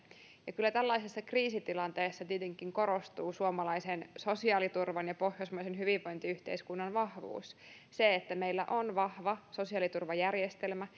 ja kyllä tällaisessa kriisitilanteessa tietenkin korostuu suomalaisen sosiaaliturvan ja pohjoismaisen hyvinvointiyhteiskunnan vahvuus se että meillä on vahva sosiaaliturvajärjestelmä